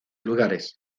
lugares